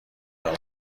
دارم